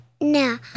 No